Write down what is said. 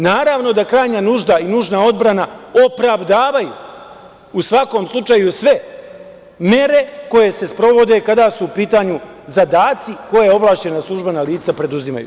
Naravno da krajnja nužda i nužna odbrana opravdavaju u svakom slučaju sve mere koje se sprovode kada su u pitanju zadaci koje ovlašćena službena lica preduzimaju.